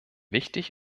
wichtig